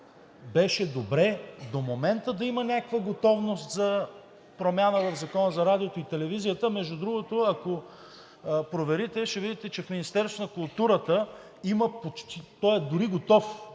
беше добре до момента да има някаква готовност за промяна в Закона за радиото и телевизията. Между другото, ако проверите, ще видите, че в Министерството на културата има почти, дори готов